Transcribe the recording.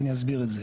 ואני אסביר את זה.